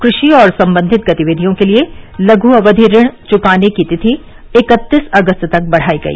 कृषि और संबंधित गतिविधियों के लिए लघु अवधि ऋण चुकाने की तिथि इकत्तीस अगस्त तक बढ़ायी गई